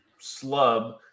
slub